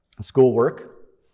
schoolwork